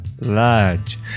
large